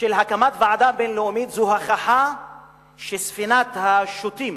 להקמת ועדה בין-לאומית הוא הוכחה שספינת השוטים